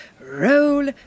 Roll